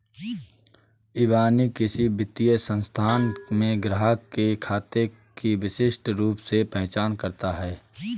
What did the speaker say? इबानी किसी वित्तीय संस्थान में ग्राहक के खाते की विशिष्ट रूप से पहचान करता है